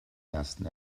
ersten